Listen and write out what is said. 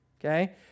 Okay